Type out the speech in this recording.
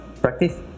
practice